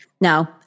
No